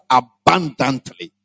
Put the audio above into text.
abundantly